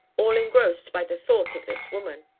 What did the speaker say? all engrossed by the thought of this woman.